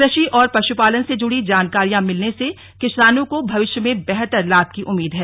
कृषि और पगुपालन से जुड़ी जानकारियां मिलने से किसानों को भविष्य में बेहतर लाभ की उम्मीद है